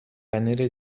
پنیر